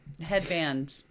headband